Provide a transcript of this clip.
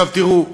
תראו,